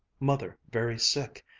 mother very sick.